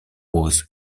was